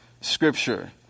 Scripture